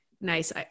Nice